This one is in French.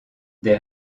des